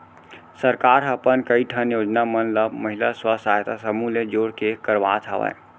सरकार ह अपन कई ठन योजना मन ल महिला स्व सहायता समूह ले जोड़ के करवात हवय